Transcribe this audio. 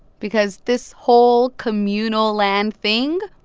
because this whole communal land thing,